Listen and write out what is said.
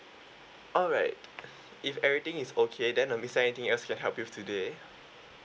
alright if everything is okay then um is there anything else I can help you with today